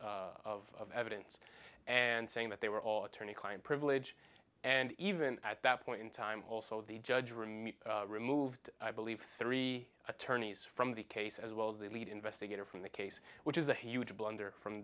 of evidence and saying that they were all attorney client privilege and even at that point in time also the judge remains removed i believe three attorneys from the case as well as the lead investigator from the case which is a huge blunder from